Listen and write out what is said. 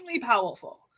powerful